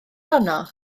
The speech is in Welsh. honno